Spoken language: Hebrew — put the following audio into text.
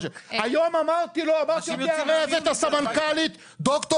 היום אמרתי לו 'אני אערב את הסמנכ"לית ד"ר